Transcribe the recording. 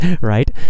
right